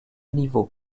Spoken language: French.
niveaux